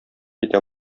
китә